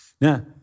Now